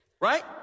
Right